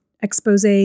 Expose